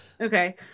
okay